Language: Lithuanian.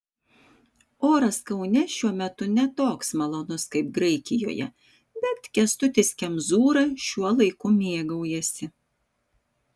oras kaune šiuo metu ne toks malonus kaip graikijoje bet kęstutis kemzūra šiuo laiku mėgaujasi